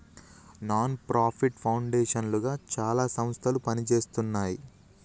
non profit foundation లుగా చాలా సంస్థలు పనిజేస్తున్నాయి